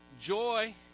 joy